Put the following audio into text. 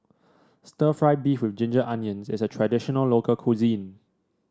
stir fry beef with Ginger Onions is a traditional local cuisine